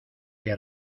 que